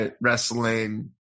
wrestling